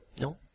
no